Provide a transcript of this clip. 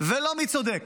ולא מי צודק,